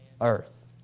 earth